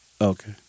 Okay